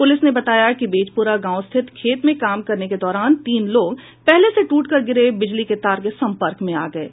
police ने बताया कि बेजपुरा गांव स्थित खेत में काम करने के दौरान तीन लोग पहले से टूटकर गिरे बिजली के तार के संपर्क में आ गये